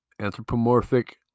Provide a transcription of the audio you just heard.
anthropomorphic